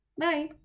bye